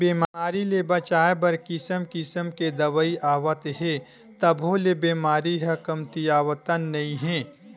बेमारी ले बचाए बर किसम किसम के दवई आवत हे तभो ले बेमारी ह कमतीयावतन नइ हे